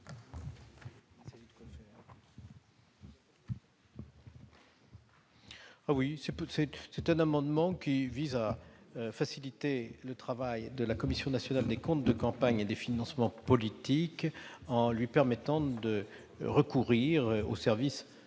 Cet amendement vise à faciliter le travail de la Commission nationale des comptes de campagne et des financements politiques, en lui permettant de recourir aux services de